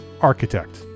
architect